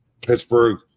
Pittsburgh